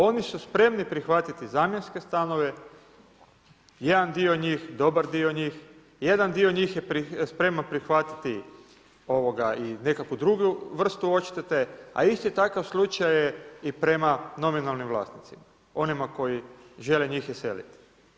Oni su spremni prihvatiti zamjenske stanove, jedan dio njih, dobar dio njih, jedan dio njih je spreman prihvatiti i nekakvu drugu vrstu odštete, a isti takav slučaj je i prema nominalnim vlasnicima, onima koji žele njih iseliti.